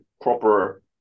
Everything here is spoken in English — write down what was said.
proper